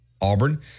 Auburn